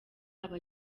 aba